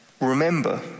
remember